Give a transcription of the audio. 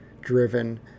driven